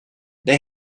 they